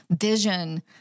vision